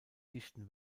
dichten